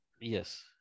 Yes